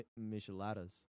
micheladas